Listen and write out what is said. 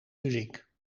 muziek